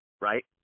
Right